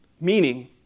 Meaning